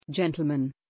Gentlemen